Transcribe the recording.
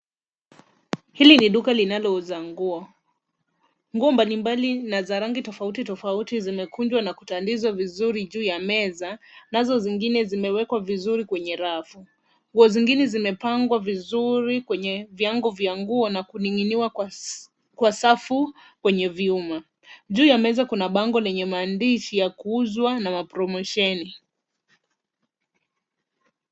Hili ni duka linalouza nguo. Nguo mbalimbali na za rangi tofauti tofauti zimekunjwa na kutandizwa vizuri juu ya meza nazo zingine zimewekwa vizuri kwenye rafu. Nguo zingine zimepangwa vizuri kwenye viwango vya nguo na kuning'iniwa kwa safu kwenye vyuma. Juu ya meza kuna bango lenye maandishi ya kuuzwa na mapromosheni.